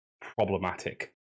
problematic